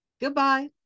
goodbye